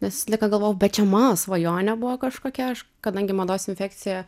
nes s laiką galvojau bet čia mano svajonė buvo kažkokia aš kadangi mados infekcija